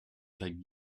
jacques